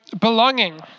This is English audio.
Belonging